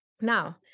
now